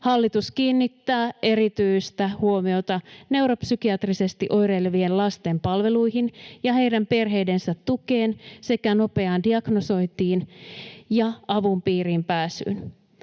hallitus kiinnittää erityistä huomiota neuropsykiatrisesti oireilevien lasten palveluihin ja heidän perheidensä tukeen sekä nopeaan diagnosoitiin ja avun piiriin pääsyyn.